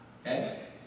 Okay